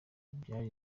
byari